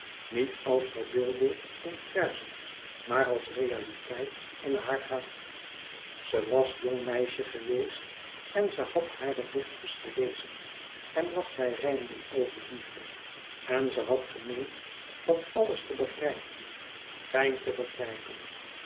niet als verbeelding in verzen maar als realiteit in haar hart ze was jong meisje geweest en ze had hare dichters gelezen en wat zij rijmden over liefde en ze had gemeend dat alles te begrijpen fijn te begrijpen